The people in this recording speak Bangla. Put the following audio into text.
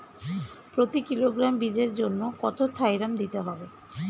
প্রতি কিলোগ্রাম বীজের জন্য কত থাইরাম দিতে হবে?